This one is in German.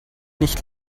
nicht